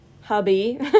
Hubby